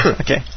okay